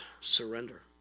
surrender